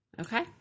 Okay